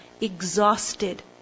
exhausted